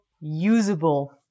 usable